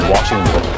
Washington